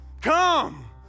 come